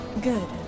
Good